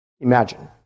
imagine